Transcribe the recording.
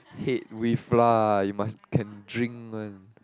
head with lah you must can drink one